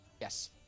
Yes